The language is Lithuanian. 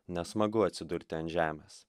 nesmagu atsidurti ant žemės